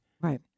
Right